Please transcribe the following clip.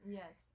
yes